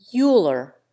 Euler